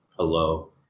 Hello